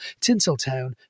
Tinseltown